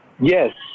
Yes